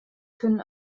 können